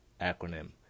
acronym